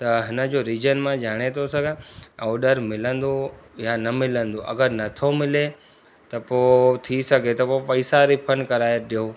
त हिन जो रीज़न मां ॼाणे थो सघां ऑडर मिलंदो या न मिलंदो अगरि न थो मिले त पोइ थी सघे त पोइ पैसा रिफंड कराइ ॾियो